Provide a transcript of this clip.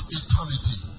eternity